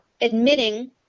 admitting